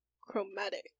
Chromatic